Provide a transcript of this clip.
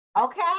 Okay